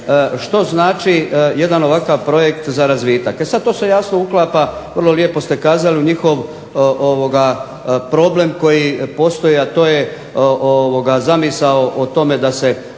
što znači jedan ovakav projekt za razvitak. E sad to se jasno uklapa, vrlo lijepo ste kazali, u njihov problem koji postoji, a to je zamisao o tome da se